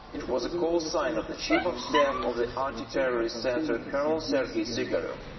it was a call sign of the chief of staff of the anti-terrorist center colonel sergey sigarev.